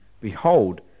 behold